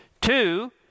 Two